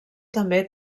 també